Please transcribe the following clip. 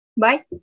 Bye